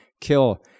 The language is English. Kill